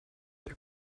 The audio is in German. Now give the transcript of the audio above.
der